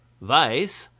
vice,